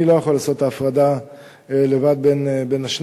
אני לא יכול לעשות את ההפרדה בין השניים,